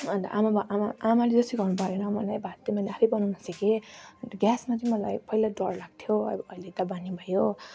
अन्त अन्त आमा आमाले चाहिँ सिकाउनु भएन मलाई भात त मैले आफैँ बनाउन सिकेँ अन्त ग्यासमा चाहिँ मलाई पहिला डर लाग्थ्यो अहिले त बानी भयो